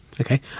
Okay